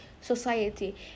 society